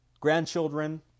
grandchildren